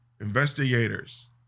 investigators